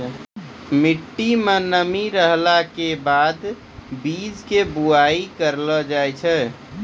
मिट्टी मं नमी रहला के बाद हीं बीज के बुआई करलो जाय छै